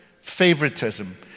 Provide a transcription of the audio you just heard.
favoritism